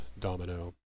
Domino